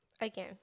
again